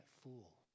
fool